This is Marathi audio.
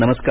नमस्कार